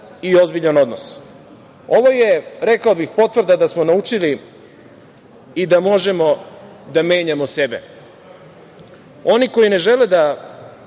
i ozbiljan odnos. Ovo je, rekao bih, potvrda da smo naučili i da možemo da menjamo sebe. Oni koji ne žele da